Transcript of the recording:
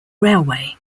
railway